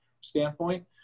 standpoint